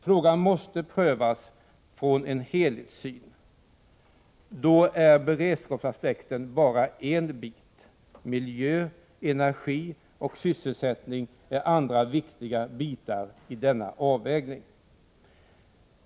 Frågan måste prövas utifrån en 61 helhetssyn. Då är beredskapsaspekten bara en del. Miljö, energi och sysselsättning är andra viktiga delar i detta övervägande.